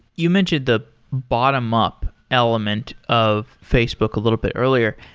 you mentioned the bottom up element of facebook a little bit earlier.